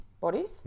bodies